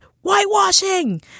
whitewashing